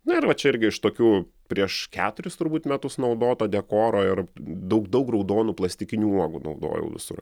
na ir va čia irgi iš tokių prieš keturis turbūt metus naudoto dekoro ir daug daug raudonų plastikinių uogų naudojau visur